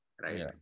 right